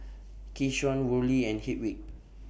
Keshaun Worley and Hedwig